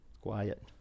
Quiet